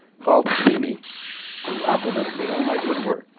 called to see me and complimented me on my good work.